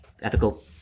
ethical